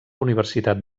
universitat